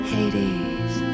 Hades